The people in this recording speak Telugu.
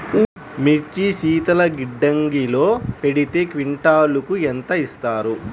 మిర్చి శీతల గిడ్డంగిలో పెడితే క్వింటాలుకు ఎంత ఇస్తారు?